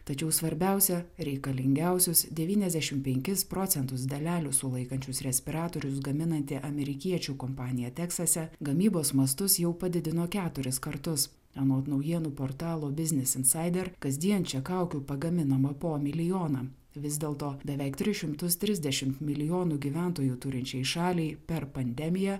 tačiau svarbiausia reikalingiausius devyniasdešimt penkis procentus dalelių sulaikančius respiratorius gaminanti amerikiečių kompanija teksase gamybos mastus jau padidino keturis kartus anot naujienų portalo business insider kasdien čia kaukių pagaminama po milijoną vis dėlto beveik tris šimtus trisdešimt milijonų gyventojų turinčiai šaliai per pandemiją